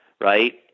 Right